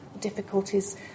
difficulties